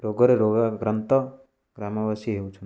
ରୋଗରେ ରୋଗଗ୍ରାନ୍ତ ଗ୍ରାମବାସୀ ହେଉଛନ୍ତି